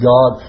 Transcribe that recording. God